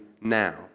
now